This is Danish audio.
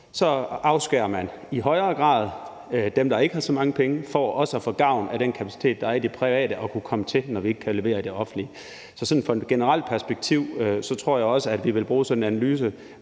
så afskærer man i højere grad dem, der ikke har så mange penge, fra også at få gavn af den kapacitet, der er i det private, og at kunne komme til, når vi ikke kan levere i det offentlige. Så sådan fra et generelt perspektiv tror jeg også, vi vil bruge sådan en analyse